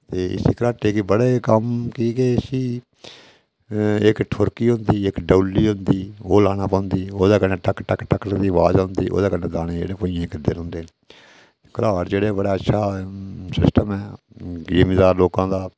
ते इसी घराटे गी बड़े कम्म कि के इसी इक ठुर्की होंदी इक डोल्ली होंदी ओह् लाना पौंदी ओह्दे कन्नै ठक ठक ठक दी आवाज औंदी ओह्दे कन्नै दाने जेह्ड़े भुञां किरदे रौंह्नदे न घराट जेह्ड़े बड़ा अच्छा सिस्टम ऐ जिम्मेदार लोकां दा